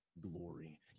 glory